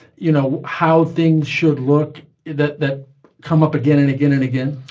you know, how things should look that that come up again and again and again?